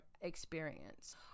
experience